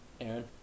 Aaron